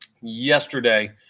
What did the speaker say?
yesterday